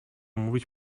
mówić